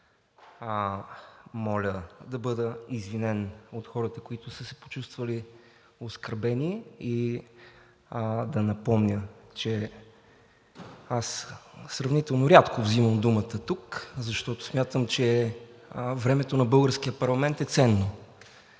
моля да бъда извинен от хората, които са се почувствали оскърбени, и да напомня, че аз сравнително рядко взимам думата тук, защото смятам, че времето на българския парламент е ценно.